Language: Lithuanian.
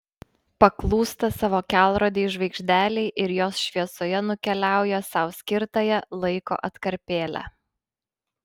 paklūsta savo kelrodei žvaigždelei ir jos šviesoje nukeliauja sau skirtąją laiko atkarpėlę